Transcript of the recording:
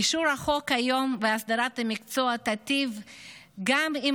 אישור החוק היום והסדרת המקצוע ייטיבו גם עם